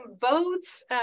votes